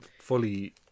fully